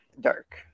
Dark